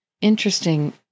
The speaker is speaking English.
interesting